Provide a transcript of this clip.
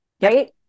right